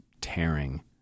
tearing